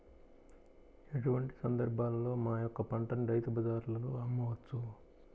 ఎటువంటి సందర్బాలలో మా యొక్క పంటని రైతు బజార్లలో అమ్మవచ్చు?